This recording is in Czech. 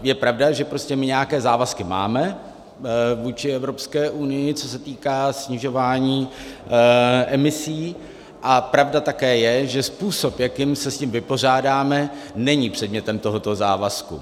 Je pravda, že nějaké závazky máme vůči Evropské unii, co se týká snižování emisí, a pravda také je, že způsob, jakým se s tím vypořádáme, není předmětem tohoto závazku.